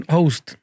Host